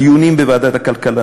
הדיונים בנושא נמשכים בוועדת הכלכלה,